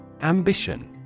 Ambition